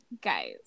guys